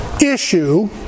issue